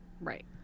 right